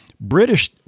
British